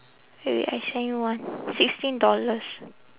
wait wait I send you one sixteen dollars